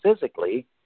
physically